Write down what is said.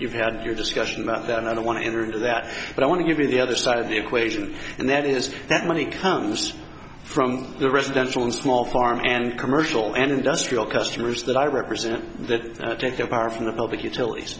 you've had your discussion about that and i want to answer that but i want to give you the other side of the equation and that is that money comes from the residential and small farm and commercial and industrial customers that i represent that take their power from the public utilities